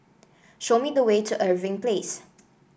show me the way to Irving Place